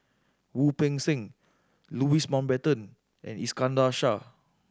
Wu Peng Seng Louis Mountbatten and Iskandar Shah